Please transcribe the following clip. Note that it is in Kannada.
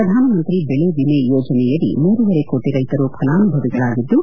ಪ್ರಧಾನಮಂತ್ರಿ ಬೆಳೆ ವಿಮೆ ಯೋಜನೆಯಡಿ ಮೂರೂವರೆ ಕೋಟ ರೈತರು ಫಲಾನುಭವಿಗಳಾಗಿದ್ದು